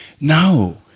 No